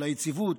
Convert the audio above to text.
על היציבות,